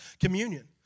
communion